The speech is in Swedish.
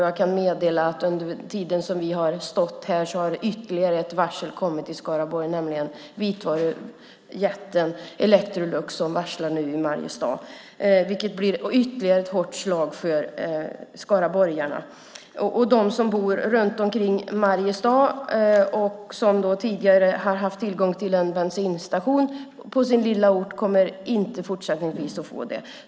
Jag kan meddela att under tiden som vi har stått här har ytterligare ett varsel kommit i Skaraborg, nämligen att vitvarujätten Electrolux nu varslar i Mariestad. Det blir ytterligare ett hårt slag för skaraborgarna. De som bor runt omkring Mariestad och som tidigare har haft tillgång till en bensinstation på sin lilla ort kommer fortsättningsvis inte att få det.